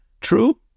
True